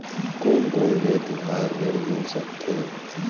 कोन कोन ले तिहार ऋण मिल सकथे?